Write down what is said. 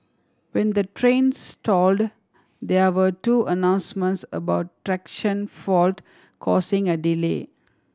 when the train stalled there were two announcements about traction fault causing a delay